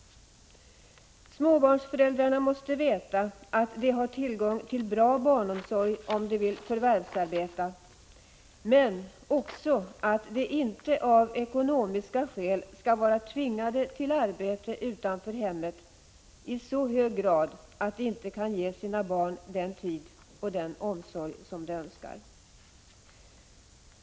Småbarnsföräldrarna måste veta att de har tillgång till bra barnomsorg om de vill förvärvsarbeta, men också att de inte av ekonomiska skäl skall vara tvingade till arbete utanför hemmet i så hög grad att de inte kan ge sina barn den tid och den omsorg som de önskar.